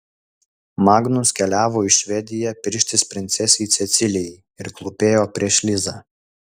magnus keliavo į švediją pirštis princesei cecilijai ir klūpėjo prieš lizą